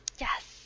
Yes